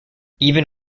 even